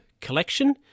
collection